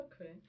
Okay